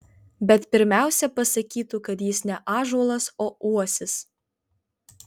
bet pirmiausia pasakytų kad jis ne ąžuolas o uosis